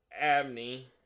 Abney